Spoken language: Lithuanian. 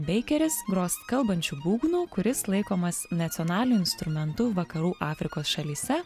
beikeris gros kalbančiu būgnu kuris laikomas nacionali instrumentu vakarų afrikos šalyse